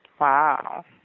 Wow